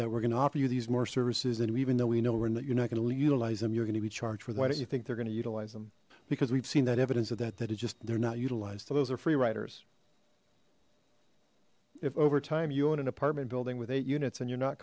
that we're gonna offer you these more services that even though we know we're and that you're not going to utilize them you're going to be charged with why don't you think they're gonna utilize them because we've seen that evidence of that that it just they're not utilized so those are free writers if over time you own an apartment building with eight units and you're not